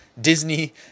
Disney